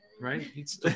right